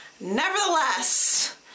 nevertheless